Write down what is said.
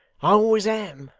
i always am.